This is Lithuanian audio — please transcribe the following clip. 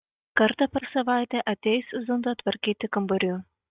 kartą per savaitę ateis zunda tvarkyti kambarių